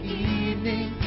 evening